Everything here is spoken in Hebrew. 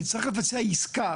צריך לבצע עסקה